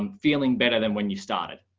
um feeling better than when you started.